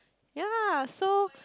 ya so